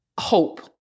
hope